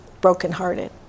brokenhearted